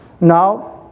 Now